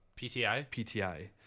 PTI